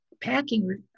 packing